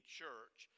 church